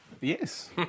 Yes